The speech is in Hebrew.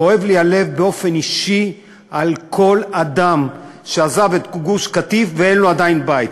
כואב לי הלב באופן אישי על כל אדם שעזב את גוש-קטיף ואין לו עדיין בית.